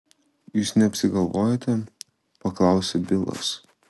jūs neapsigalvojote paklausė bilas